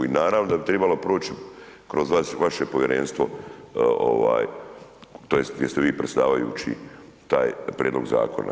I naravno da bi tribalo proći kroz vaše povjerenstvo ovaj tj. jeste vi predsjedavajući taj prijedlog zakona.